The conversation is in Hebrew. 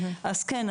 אז כן,